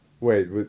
wait